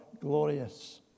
glorious